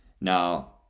Now